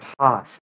past